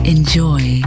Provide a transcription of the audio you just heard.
Enjoy